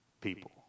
people